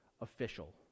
official